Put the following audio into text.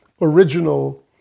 original